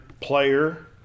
player